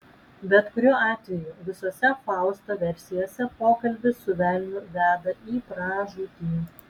bet kuriuo atveju visose fausto versijose pokalbis su velniu veda į pražūtį